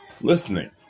listening